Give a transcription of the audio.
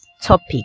topic